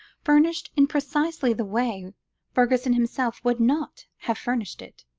furnished in precisely the way fergusson himself would not have furnished it,